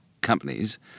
companies